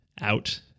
out